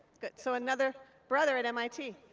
good, so another brother at mit.